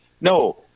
No